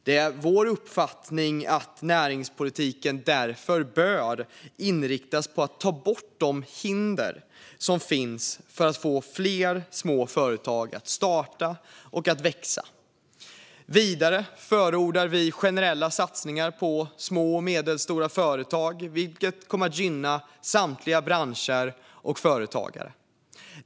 Det är vår uppfattning att näringspolitiken därför bör inriktas på att ta bort de hinder som finns för att få fler små företag att starta och växa. Vidare förordar vi generella satsningar på små och medelstora företag, vilket kommer att gynna samtliga branscher och företagare.